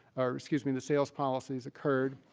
or excuse me, the sales policies occurred.